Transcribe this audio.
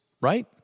right